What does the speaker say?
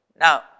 Now